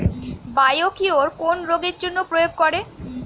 Biocure কোন রোগেরজন্য প্রয়োগ করে?